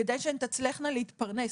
כדי שהן תצלחנה להתפרנס.